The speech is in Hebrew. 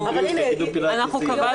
שירות בריאות, יגידו: פילטיס,